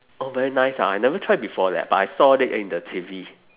oh very nice ah I never try before leh but I saw it in the T_V